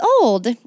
old